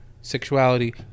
sexuality